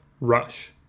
Rush